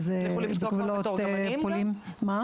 אם זה בגבולות פולין.